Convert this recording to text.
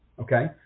Okay